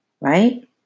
right